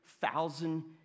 Thousand